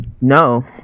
no